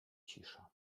cisza